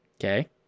Okay